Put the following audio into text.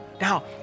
Now